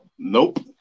Nope